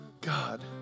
God